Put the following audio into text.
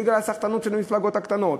בגלל הסחטנות של המפלגות הקטנות,